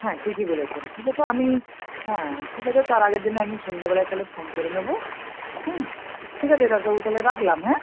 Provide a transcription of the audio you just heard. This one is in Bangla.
হ্যাঁ ঠিকই বলেছেন ঠিক আছে আমি হ্যাঁ ঠিক আছে তার আগের দিনে আমি সন্ধ্যেবেলায় তাহলে ফোন করে নেব হুম ঠিক আছে ডাক্তারবাবু তাহলে রাখলাম হ্যাঁ